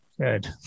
good